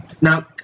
Now